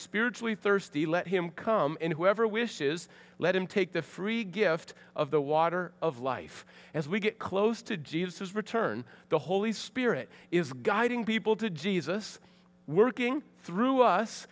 spiritually thirsty let him come in whoever wishes let him take the free gift of the water of life as we get close to jesus return the holy spirit is guiding people to jesus working through us